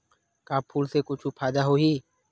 का फूल से कुछु फ़ायदा होही?